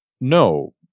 No